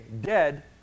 dead